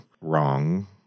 wrong